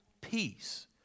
peace